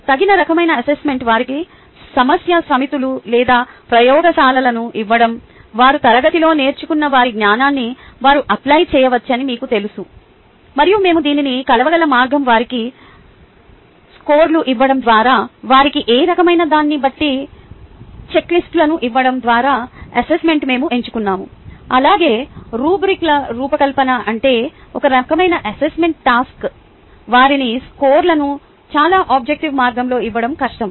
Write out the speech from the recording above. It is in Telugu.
తగిన రకమైన అసెస్మెంట్ వారికి సమస్య సమితులు లేదా ప్రయోగశాలలను ఇవ్వడం వారు తరగతిలో నేర్చుకున్న వారి జ్ఞానాన్ని వారు అప్లై చేయవచ్చని మీకు తెలుసు మరియు మేము దీనిని కొలవగల మార్గం వారికి స్కోర్లు ఇవ్వడం ద్వారా వారికి ఏ రకమైనదాన్ని బట్టి చెక్లిస్టులను ఇవ్వడం ద్వారా అసెస్మెంట్ మేము ఎంచుకున్నాము అలాగే రుబ్రిక్ల రూపకల్పన అంటే ఈ రకమైన అసెస్మెంట్ టాస్క్లు వారికి స్కోర్లను చాలా ఆబ్జెక్టివ్ మార్గంలో ఇవ్వడం కష్టం